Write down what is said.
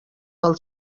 del